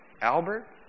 Albert